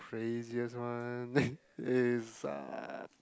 craziest one is uh